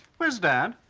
where's dad?